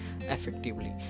effectively